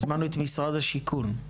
הזמנו את משרד השיכון.